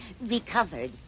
recovered